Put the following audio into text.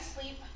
sleep